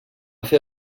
fer